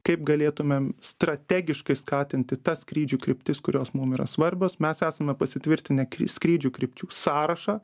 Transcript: kaip galėtumėm strategiškai skatinti tas skrydžių kryptis kurios mum yra svarbios mes esame pasitvirtinę kri skrydžių krypčių sąrašą